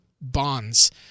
bonds